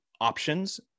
options